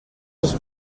els